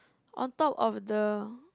on top of the